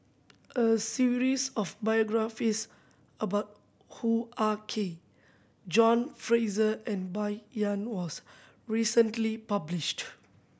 a series of biographies about Hoo Ah Kay John Fraser and Bai Yan was recently published